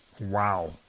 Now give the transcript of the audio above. Wow